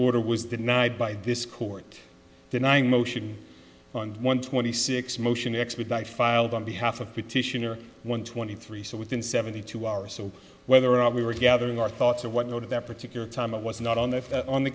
order was denied by this court denying motion on one twenty six motion to expedite filed on behalf of petitioner one twenty three so within seventy two hours so whether or not we were gathering our thoughts of what no to that particular time i was not on the on the